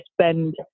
spend